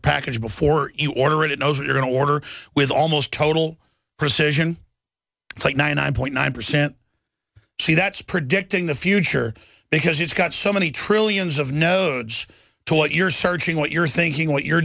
package before you order it knows you're an order with almost total precision like ninety nine point nine percent that's predicting the future because it's got so many trillions of nodes to what you're searching what you're thinking what you're